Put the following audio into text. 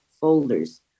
folders